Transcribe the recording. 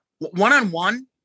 one-on-one